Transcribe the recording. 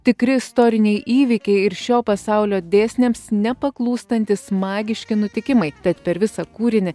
tikri istoriniai įvykiai ir šio pasaulio dėsniams nepaklūstantys magiški nutikimai tad per visą kūrinį